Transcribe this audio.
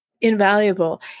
invaluable